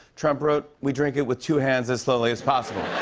trump wrote. we drink it with two hands as slowly as possible.